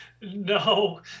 No